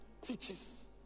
teaches